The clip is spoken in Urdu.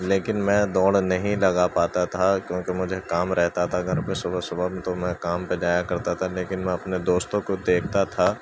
لیکن میں دوڑ نہیں لگا پاتا تھا کیونکہ مجھے کام رہتا تھا گھر پر صبح صبح بھی تو میں کام پہ جایا کرتا تھا لیکن میں اپنے دوستوں کو دیکھتا تھا